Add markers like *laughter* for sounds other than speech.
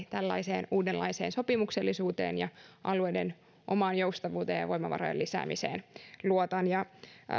*unintelligible* tällaiseen uudenlaiseen sopimuksellisuuteen ja alueiden omaan joustavuuteen ja voimavarojen lisäämiseen luotan